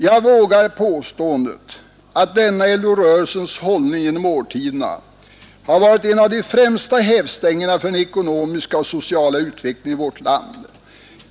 Jag vågar påståendet att denna LO-rörelsens hållning genom årtiondena varit en av de främsta hävstängerna för den ekonomiska och sociala utvecklingen i vårt land.